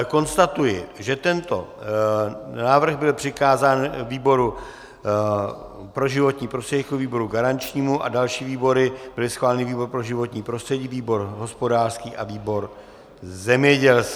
Konstatuji, že tento návrh byl přikázán výboru pro životní prostředí jako výboru garančnímu a další výbory byly schváleny: výbor pro životní prostředí, výbor hospodářský a výbor zemědělský.